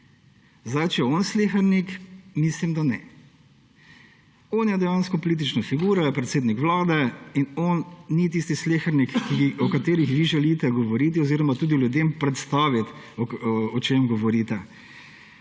Janši. Če je on slehernik – mislim, da ne. On je dejansko politična figura, je predsednik Vlade in on ni tisti slehernik, o katerih vi želite govoriti oziroma tudi ljudem predstaviti, o čem govorite.